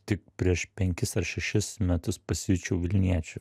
tik prieš penkis ar šešis metus pasijaučiau vilniečiu